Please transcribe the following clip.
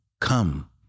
come